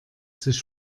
sich